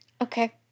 Okay